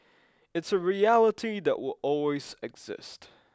it's a reality that will always exist